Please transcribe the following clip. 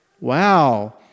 Wow